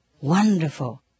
Wonderful